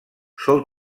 sol